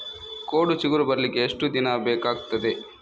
ಕೋಡು ಚಿಗುರು ಬರ್ಲಿಕ್ಕೆ ಎಷ್ಟು ದಿನ ಬೇಕಗ್ತಾದೆ?